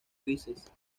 grises